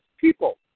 People